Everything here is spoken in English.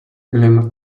william